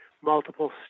multiple